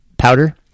powder